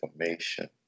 information